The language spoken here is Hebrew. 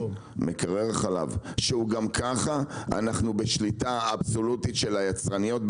מקרר החלב שגם ככה אנחנו בשליטה אבסולוטית של היצרניות,